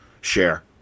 share